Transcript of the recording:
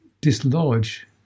dislodge